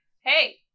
hey